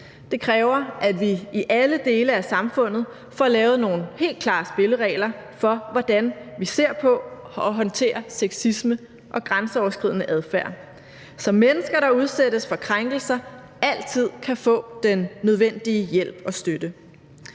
Det kræver, at vi i alle dele af samfundet får lavet nogle helt klare spilleregler for, hvordan vi ser på og håndterer sexisme og grænseoverskridende adfærd, så mennesker, der udsættes for krænkelser, altid kan få den nødvendige hjælp og støtte.